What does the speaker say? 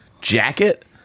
jacket